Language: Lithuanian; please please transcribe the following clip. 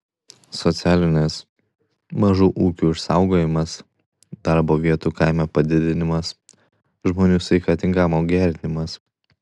socialinės mažų ūkių išsaugojimas darbo vietų kaime padidinimas žmonių sveikatingumo gerinimas